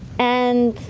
and.